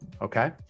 Okay